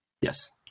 Yes